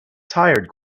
tired